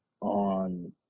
on